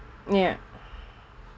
ya